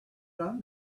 done